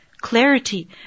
clarity